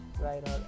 right